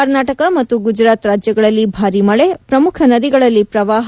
ಕರ್ನಾಟಕ ಮತ್ತು ಗುಜರಾತ್ ರಾಜ್ಯಗಳಲ್ಲಿ ಭಾರಿ ಮಳೆ ಪ್ರಮುಖ ನದಿಗಳಲ್ಲಿ ಪ್ರವಾಹ